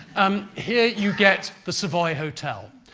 um here, you get the savoy hotel.